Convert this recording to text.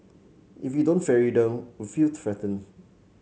if we don't ferry them we feel threatened